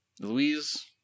Louise